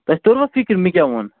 تۄہہِ توٚروا فِکرِ مےٚ کیٛاہ ووٚن